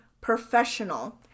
professional